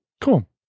Cool